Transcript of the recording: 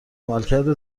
عملکرد